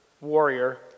warrior